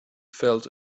felt